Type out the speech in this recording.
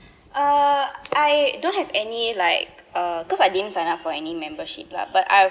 uh I don't have any like uh cause I didn't sign up for any membership lah but I